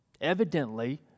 evidently